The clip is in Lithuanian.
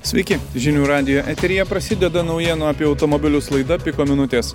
sveiki žinių radijo eteryje prasideda naujienų apie automobilius laida piko minutės